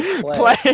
Play